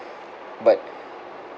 but